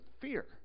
fear